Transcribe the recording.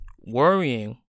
worrying